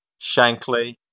Shankly